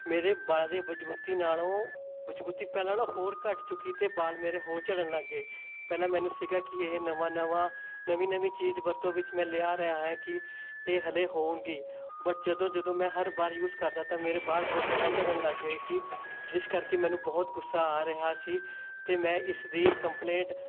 ਮੇਰੇ ਬਾਲਾਂ ਦੇ ਮਜ਼ਬੂਤੀ ਨਾਲੋਂ ਮਜ਼ਬੂਤੀ ਪਹਿਲਾਂ ਨਾਲੋਂ ਹੋਰ ਘੱਟ ਚੁੱਕੀ ਅਤੇ ਬਾਲ ਮੇਰੇ ਹੋਰ ਝੜਨ ਲੱਗ ਗਏ ਪਹਿਲਾਂ ਮੈਨੂੰ ਸੀਗਾ ਕਿ ਇਹ ਨਵਾਂ ਨਵਾਂ ਨਵੀਂ ਨਵੀਂ ਚੀਜ਼ ਵਰਤੋਂ ਵਿੱਚ ਮੈਂ ਲਿਆ ਰਿਹਾ ਹੈ ਕਿ ਇਹ ਹਲੇ ਹੋਣਗੀ ਬਟ ਜਦੋਂ ਜਦੋਂ ਮੈਂ ਹਰ ਵਾਰ ਯੂਜ਼ ਕਰਦਾ ਤਾਂ ਮੇਰੇ ਬਾਲ ਹੋਰ ਜ਼ਿਆਦਾ ਝੜਨ ਲੱਗ ਗਏ ਸੀ ਜਿਸ ਕਰਕੇ ਮੈਨੂੰ ਬਹੁਤ ਗੁੱਸਾ ਆ ਰਿਹਾ ਸੀ ਅਤੇ ਮੈਂ ਇਸ ਦੀ ਕੰਪਲੇਂਟ